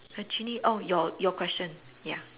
actually oh your your question ya